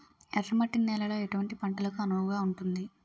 ఎర్ర మట్టి నేలలో ఎటువంటి పంటలకు అనువుగా ఉంటుంది?